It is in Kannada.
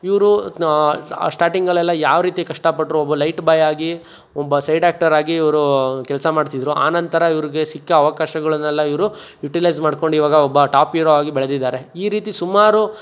ಇವರು ಶ್ಟಾಟಿಂಗಲ್ಲೆಲ್ಲ ಯಾವ ರೀತಿ ಕಷ್ಟಪಟ್ರು ಒಬ್ಬ ಲೈಟ್ ಬಾಯ್ ಆಗಿ ಒಬ್ಬ ಸೈಡ್ ಆ್ಯಕ್ಟರಾಗಿ ಇವರು ಕೆಲಸ ಮಾಡ್ತಿದ್ರು ಆನಂತರ ಇವ್ರಿಗೆ ಸಿಕ್ಕ ಅವಕಾಶಗಳನ್ನೆಲ್ಲ ಇವರು ಯುಟಿಲೈಝ್ ಮಾಡ್ಕೊಂಡು ಇವಾಗ ಒಬ್ಬ ಟಾಪ್ ಈರೋ ಆಗಿ ಬೆಳ್ದಿದ್ದಾರೆ ಈ ರೀತಿ ಸುಮಾರು